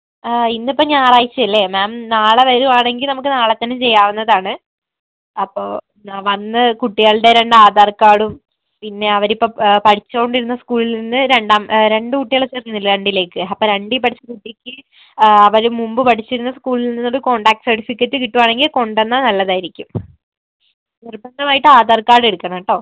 ആ ഇന്നിപ്പം ഞായറാഴ്ച്ച അല്ലേ മാം നാളെ വരികയാണെങ്കിൽ നമുക്ക് നാളെത്തന്നെ ചെയ്യാവുന്നതാണ് അപ്പോൾ എന്നാൽ വന്ന് കുട്ടികളുടെ രണ്ട് ആധാർ കാർഡും പിന്നെ അവരിപ്പം പഠിച്ചുകൊണ്ടിരുന്ന സ്കൂളിൽ നിന്ന് രണ്ടാം രണ്ട് കുട്ടികളെ ചേർക്കുന്നില്ലേ രണ്ടിലേക്ക് അപ്പം രണ്ടിൽ പഠിച്ച കുട്ടിക്ക് അവർ മുമ്പ് പഠിച്ചിരുന്ന സ്കൂളിൽ നിന്നൊരു കോൺടാക്ട് സർട്ടിഫിക്കറ്റ് കിട്ടുകയാണെങ്കിൽ കൊണ്ടുവന്നാൽ നല്ലതായിരിക്കും നിർബന്ധമായിട്ടും ആധാർ കാർഡ് എടുക്കണം കേട്ടോ